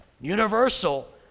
universal